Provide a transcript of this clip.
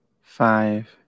five